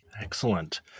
Excellent